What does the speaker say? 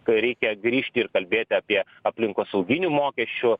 kai reikia grįžti ir kalbėti apie aplinkosauginių mokesčių